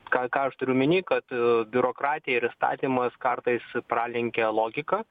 ką ką aš turiu omeny kad biurokratija ir įstatymas kartais pralenkia logiką